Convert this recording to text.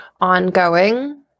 ongoing